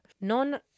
Non